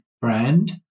brand